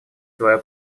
свое